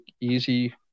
easy